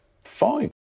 fine